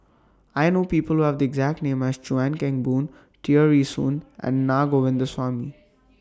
I know People Who Have The exact name as Chuan Keng Boon Tear Ee Soon and Na Govindasamy